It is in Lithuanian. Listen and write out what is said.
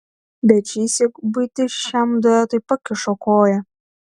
bet šįsyk buitis šiam duetui pakišo koją